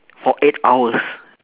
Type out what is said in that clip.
for eight hours